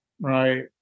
right